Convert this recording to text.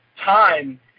time